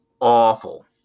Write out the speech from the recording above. awful